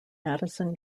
madison